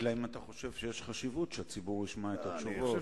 אלא אם אתה חושב שיש חשיבות שהציבור ישמע את התשובות,